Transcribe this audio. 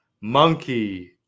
Monkey